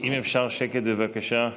אם אפשר שקט, בבקשה.